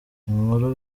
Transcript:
inkuru